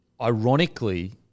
Ironically